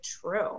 true